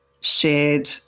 shared